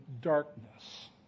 darkness